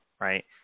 right